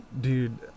Dude